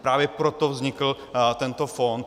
Právě proto vznikl tento fond.